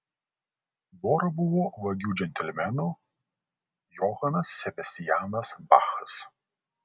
bora buvo vagių džentelmenų johanas sebastianas bachas